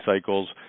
cycles